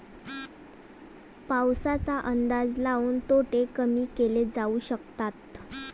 पाऊसाचा अंदाज लाऊन तोटे कमी केले जाऊ शकतात